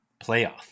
playoff